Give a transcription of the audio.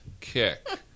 kick